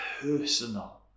personal